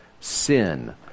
sin